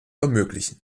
ermöglichen